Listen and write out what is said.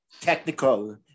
technical